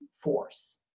force